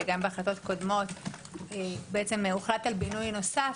שגם בהחלטות קודמות בעצם הוחלט על בינוי נוסף,